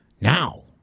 Now